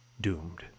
doomed